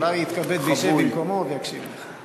אולי יתכבד וישב במקומו ויקשיב לך.